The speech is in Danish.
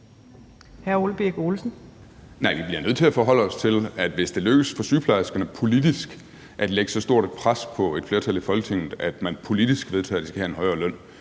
Vi bliver nødt til at forholde os til, at hvis det lykkes for sygeplejerskerne at lægge så stort et politisk pres på et flertal i Folketinget, at man politisk vedtager, at de skal have en højere løn,